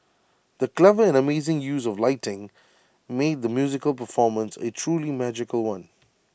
the clever and amazing use of lighting made the musical performance A truly magical one